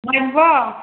ꯅꯨꯡꯉꯥꯏꯔꯤꯕ꯭ꯔꯣ